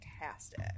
fantastic